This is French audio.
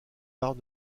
arts